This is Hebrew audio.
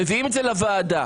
מביאים את זה לוועדה.